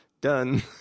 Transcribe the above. Done